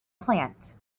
plant